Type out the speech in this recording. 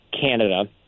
Canada